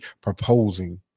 proposing